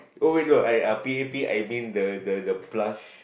oh ya no I I uh p_a_p I mean the the the plush